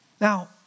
Now